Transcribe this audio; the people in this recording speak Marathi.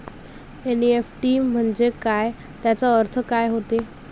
एन.ई.एफ.टी म्हंजे काय, त्याचा अर्थ काय होते?